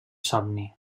somni